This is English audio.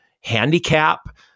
handicap